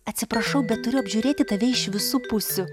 atsiprašau bet turiu apžiūrėti tave iš visų pusių